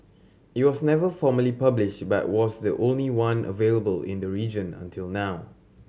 it was never formally published but was the only one available in the region until now